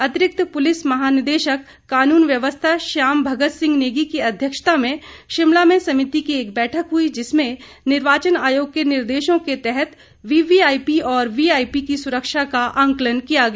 अतिरिक्त पुलिस महानिदेशक कानून व्यवस्था श्याम भगत सिंह नेगी की अध्यक्षता में शिमला में समिति की एक बैठक हुई जिसमें निर्वाचन आयोग के निर्देशों के तहत वीवीआईपी और वीआईपी की सुरक्षा का आकंलन किया गया